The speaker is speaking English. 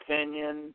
opinion